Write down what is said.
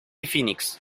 phoenix